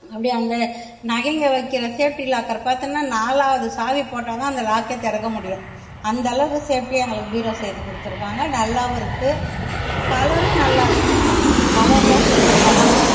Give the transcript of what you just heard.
அப்படியே அங்கே நகைங்கள் வைக்கிற சேஃப்ட்டி லாக்கர் பார்த்தோன்னா நாலாவது சாவி போட்டால்தான் அந்த லாக்கே திறக்க முடியும் அந்தளவுக்கு சேஃப்டியாக எங்களுக்கு பீரோ செய்து கொடுத்துருக்காங்க நல்லாவும் இருக்குது கலரும் நல்லாயிருக்கு கலரெலாம் சூப்பர் கலரு